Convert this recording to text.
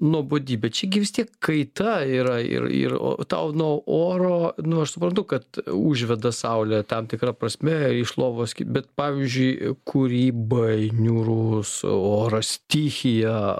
nuobodybė čia gi vis tiek kaita yra ir ir o tau nuo oro nu aš suprantu kad užveda saulė tam tikra prasme iš lovos bet pavyzdžiui kūrybai niūrus oras stichija